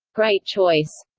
great choice.